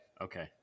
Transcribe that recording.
Okay